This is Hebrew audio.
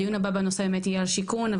הדיון הבא בנושא יהיה על שיכון,